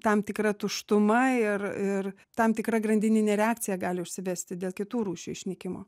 tam tikra tuštuma ir ir tam tikra grandininė reakcija gali užsivesti dėl kitų rūšių išnykimo